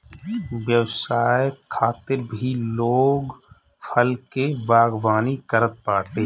व्यवसाय खातिर भी लोग फल के बागवानी करत बाटे